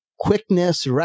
Quickness